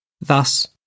Thus